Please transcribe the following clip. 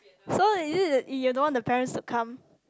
so is it you are don't want the parents would come